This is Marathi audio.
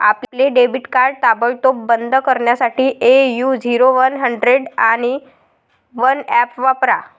आपले डेबिट कार्ड ताबडतोब बंद करण्यासाठी ए.यू झिरो वन हंड्रेड आणि वन ऍप वापरा